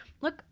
Look